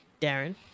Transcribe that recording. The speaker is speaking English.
Darren